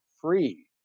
free